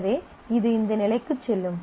எனவே இது இந்த நிலைக்கு செல்லும்